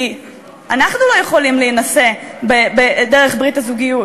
כי אנחנו לא יכולים להינשא דרך ברית הזוגיות.